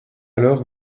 alors